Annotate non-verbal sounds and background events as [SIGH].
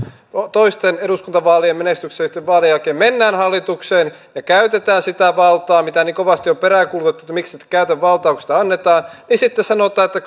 toisten eduskuntavaalien menestyksellisten vaalien jälkeen mennään hallitukseen ja käytetään sitä valtaa mitä niin kovasti on peräänkuulutettu että miksi et käytä valtaa kun sitä annetaan niin sitten sanotaan että [UNINTELLIGIBLE]